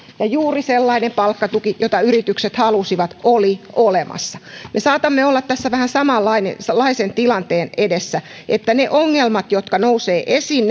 ja juuri sellainen palkkatuki jota yritykset halusivat oli olemassa me saatamme olla tässä vähän samanlaisen tilanteen edessä että ne ongelmat jotka nousevat esiin